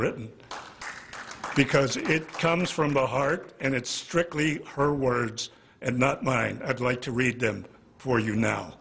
written because it comes from the heart and it's strictly her words and not mine i'd like to read them for you now